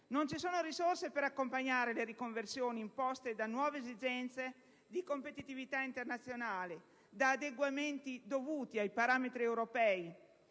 Non ci sono risorse per accompagnare le riconversioni imposte da nuove esigenze di competitività internazionale e da adeguamenti dovuti ai parametri europei;